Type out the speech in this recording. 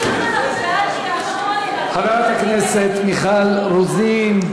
חברת הכנסת מיכל רוזין,